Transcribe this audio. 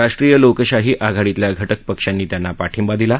राष्ट्रीय लोकशाही आघाडीतल्या घटक पक्षांनी त्यांना पाठिंबा दिला आहे